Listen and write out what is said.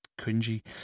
cringy